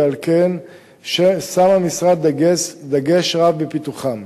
ועל כן שם המשרד דגש רב בפיתוחם.